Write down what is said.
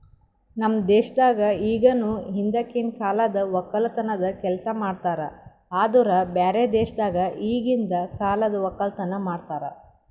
ನಮ್ ದೇಶದಾಗ್ ಇಗನು ಹಿಂದಕಿನ ಕಾಲದ್ ಒಕ್ಕಲತನದ್ ಕೆಲಸ ಮಾಡ್ತಾರ್ ಆದುರ್ ಬ್ಯಾರೆ ದೇಶದಾಗ್ ಈಗಿಂದ್ ಕಾಲದ್ ಒಕ್ಕಲತನ ಮಾಡ್ತಾರ್